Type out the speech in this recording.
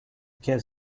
cares